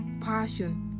passion